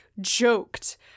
joked